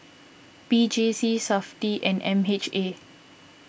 P J C SAFTI and M H A